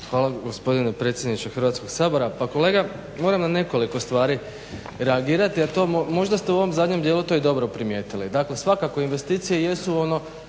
Hvala gospodine predsjedniče Hrvatskog sabora. Pa kolega, moram ne nekoliko stvari reagirati, možda ste u ovom zadnjem dijelu to i dobro primijetili. Dakle svakako investicije jesu ono